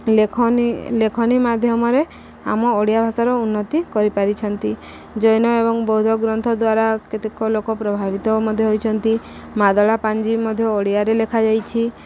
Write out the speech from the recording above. ଲେଖନୀ ଲେଖନୀ ମାଧ୍ୟମରେ ଆମ ଓଡ଼ିଆ ଭାଷାର ଉନ୍ନତି କରିପାରିଛନ୍ତି ଜୈନ ଏବଂ ବୌଦ୍ଧ ଗ୍ରନ୍ଥ ଦ୍ୱାରା କେତେକ ଲୋକ ପ୍ରଭାବିତ ମଧ୍ୟ ହୋଇଛନ୍ତି ମାଦଳା ପାାଞ୍ଜି ମଧ୍ୟ ଓଡ଼ିଆରେ ଲେଖାାଯାଇଛି